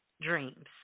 dreams